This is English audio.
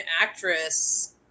actress